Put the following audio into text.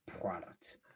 product